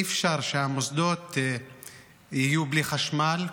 אי-אפשר שהמוסדות יהיו בלי חשמל,